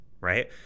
right